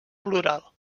plural